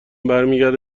برمیگرده